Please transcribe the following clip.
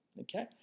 okay